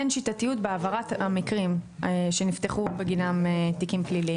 אין שיטתיות בהעברת המקרים שנפתחו בגינם תיקים פליליים.